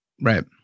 Right